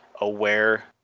aware